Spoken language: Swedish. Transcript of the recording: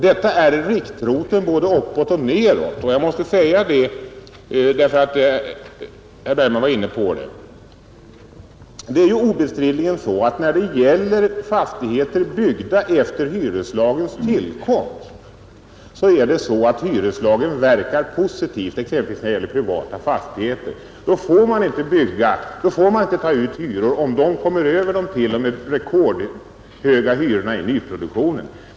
Dessa är riktrote både uppåt och nedåt, och jag måste säga detta eftersom herr Bergman var inne på det. Det är obestridligen så att för fastigheter byggda efter hyreslagens tillkomst verkar hyreslagen positivt, exempelvis när det gäller privata fastigheter. Då får man inte ta ut hyror som kommer över t.o.m. de rekordhöga hyrorna i nyproduktionen.